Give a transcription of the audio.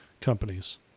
companies